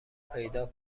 پیدا